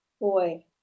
boy